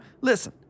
Listen